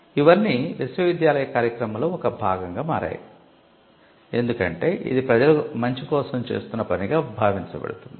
ఇవన్నీ విశ్వవిద్యాలయ కార్యక్రమంలో ఒక భాగంగా మారాయి ఎందుకంటే ఇది ప్రజల మంచి కోసం చేస్తున్న పనిగా భావించబడుతుంది